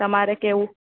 તમારે કેવું